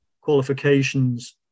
qualifications